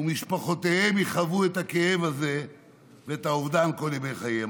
ומשפחותיהם יכאבו את הכאב הזה ואת האובדן כל ימי חייהן.